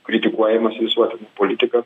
kritikuojamas visuotinai politikas